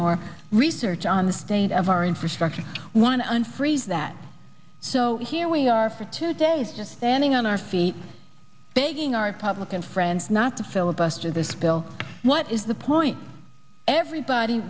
more research on the state of our infrastructure one unfreeze that so here we are for two days just standing on our feet begging our public and friends not to filibuster this bill what is the point everybody